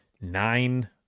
nine